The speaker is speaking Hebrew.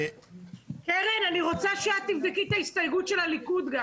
קרן, אני רוצה שתבדקי את ההסתייגות של הליכוד.